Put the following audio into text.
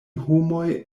homoj